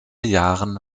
jahren